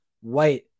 White